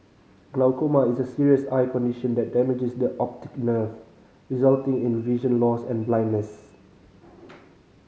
glaucoma is a serious eye condition that damages the optic nerve resulting in vision loss and blindness